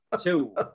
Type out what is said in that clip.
two